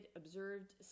observed